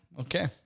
Okay